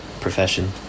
profession